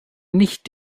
nicht